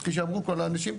כפי שאמרו כל האנשים פה.